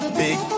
big